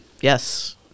yes